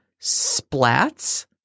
splats